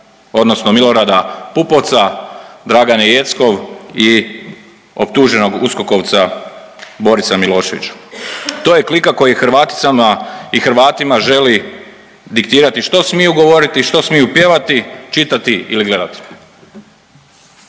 odnosno Milorada Pupovca, Dragane Jeckov i optuženog uskokovca Borisa Miloševića. To je klika koji Hrvaticama i Hrvatima želi diktirati što smiju govoriti, što smiju pjevati, čitati ili gledati.